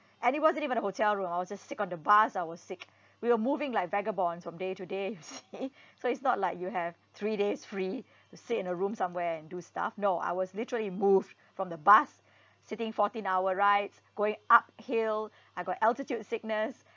and it wasn't even a hotel room I was just sick on the bus I was sick we were moving like vagabonds from day today you see so it's not like you have three days free to sit in a room somewhere and do stuff no I was literally moved from the bus sitting fourteen hour rides going uphill I got altitude sickness